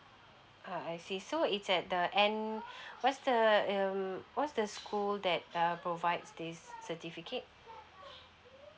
ah I see so it's at the end what's the um what's the school that uh provide this certificate